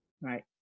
Right